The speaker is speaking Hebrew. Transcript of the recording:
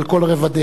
על כל רבדיה.